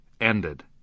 ended